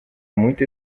muito